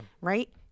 Right